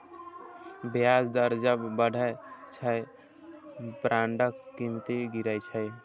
ब्याज दर जब बढ़ै छै, बांडक कीमत गिरै छै